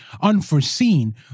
unforeseen